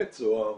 בית סוהר,